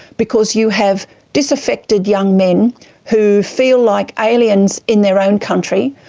because you have disaffected young men who feel like aliens in their own country,